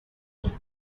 week